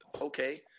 Okay